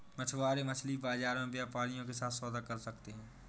मछुआरे मछली बाजार में व्यापारियों के साथ सौदा कर सकते हैं